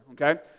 okay